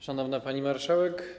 Szanowna Pani Marszałek!